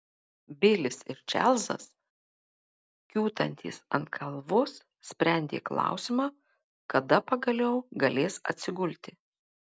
bilis ir čarlzas kiūtantys ant kalvos sprendė klausimą kada pagaliau galės atsigulti